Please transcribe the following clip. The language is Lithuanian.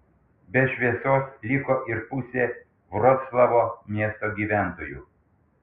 be šviesos liko ir pusė vroclavo miesto gyventojų